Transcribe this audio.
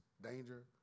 danger